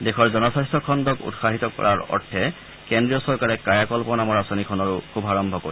দেশৰ জনস্বাস্থ্য খণ্ডত উৎসাহিত কৰাৰ অৰ্থে কেন্দ্ৰীয় চৰকাৰে কায়াকল্প নামৰ আঁচনিখনৰো শুভাৰম্ভ কৰিব